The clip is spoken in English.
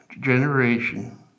generation